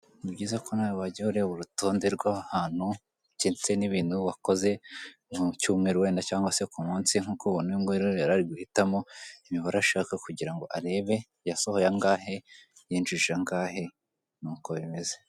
Ni byiza ko nawe wajya ureba urutonde rw'ahantu, ndetse n'ibintu wakoze mu cyumweru wenda cyangwa se ku munsi, nk'uko ubona yari ari guhitamo imibare ashaka kugira ngo arebe: yasohoye angahe, yinjije angahe, ni uko bimeze.